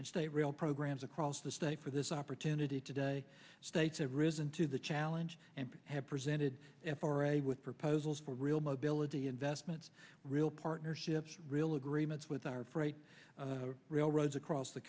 and stay real programs across the state for this opportunity today states have risen to the challenge and have presented f r a with proposals for real mobility investments real partnerships real agreements with our freight railroads across the